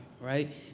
right